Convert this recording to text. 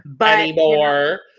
Anymore